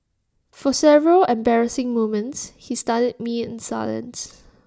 for several embarrassing moments he studied me in silence